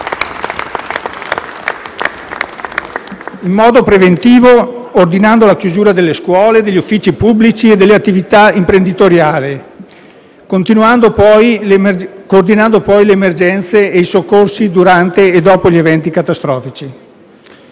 in modo preventivo, ordinando la chiusura delle scuole, degli uffici pubblici e delle attività imprenditoriali, coordinando poi le emergenze e i soccorsi durante e dopo gli eventi catastrofici.